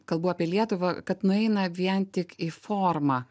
kalbu apie lietuvą kad nueina vien tik į formą